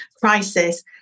crisis